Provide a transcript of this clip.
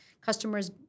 customers